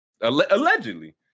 allegedly